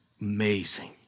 Amazing